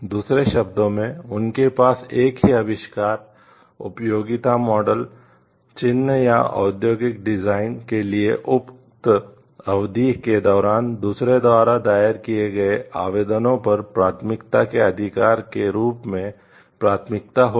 दूसरे शब्दों में उनके पास एक ही आविष्कार उपयोगिता मॉडल के लिए उक्त अवधि के दौरान दूसरों द्वारा दायर किए गए आवेदनों पर प्राथमिकता के अधिकार के रूप में प्राथमिकता होगी